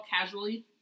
casually